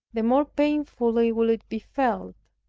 the more painfully will it be felt